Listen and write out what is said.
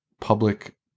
public